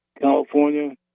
California